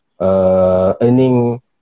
earning